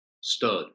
Stud